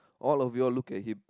all of you all look at him